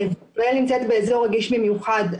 ישראל נמצאת באזור רגיש במיוחד.